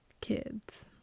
kids